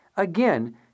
Again